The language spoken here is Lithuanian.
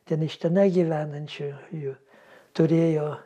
ten iš tenai gyvenančiųjų turėjo